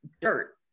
dirt